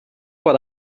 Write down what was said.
what